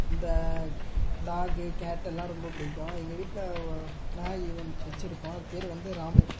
இந்த டாகு கேட்டெல்லாம் ரொம்ப பிடிக்கும் எங்கள் வீட்டில் நாய் ஒன்று வெச்சுருக்கோம் அது பேர் வந்து ராமு